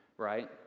right